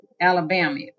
Alabama